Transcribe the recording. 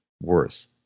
worth